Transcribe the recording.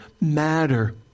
matter